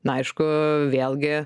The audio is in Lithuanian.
na aišku vėlgi